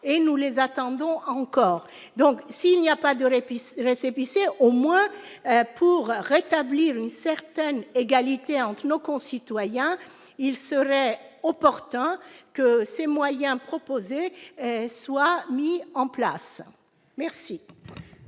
et nous les attendons encore donc, s'il n'y a pas d'olympisme récépissé au moins pour rétablir une certaine égalité entre nos concitoyens, il serait opportun que ces moyens proposés soient mis en place, merci.